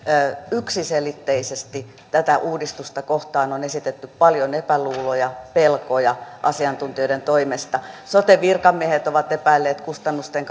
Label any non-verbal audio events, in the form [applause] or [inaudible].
yksiselitteisesti tätä uudistusta kohtaan on esitetty paljon epäluuloja pelkoja asiantuntijoiden toimesta sote virkamiehet ovat epäilleet kustannusten [unintelligible]